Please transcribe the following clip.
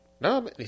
No